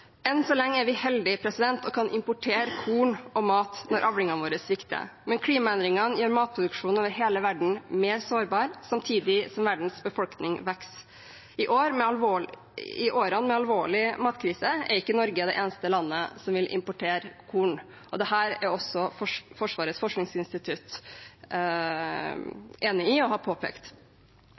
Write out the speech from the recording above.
Enn så lenge er vi heldige og kan importere korn og mat når avlingene våre svikter. Men klimaendringene gjør matproduksjonen over hele verden mer sårbar, samtidig som verdens befolkning vokser. I år med alvorlige matkriser er ikke Norge det eneste landet som vil importere korn. Dette er også Forsvarets forskningsinstitutt enig i og har påpekt.